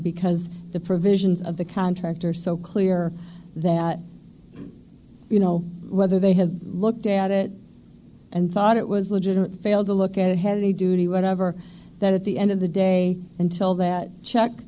because the provisions of the contract are so clear that you know whether they have looked at it and thought it was legitimate failed to look at heavy duty whatever that at the end of the day until that check